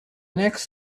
next